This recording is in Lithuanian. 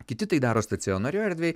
kiti tai daro stacionarioj erdvėj